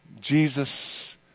Jesus